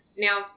Now